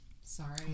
Sorry